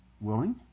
Willing